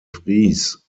vries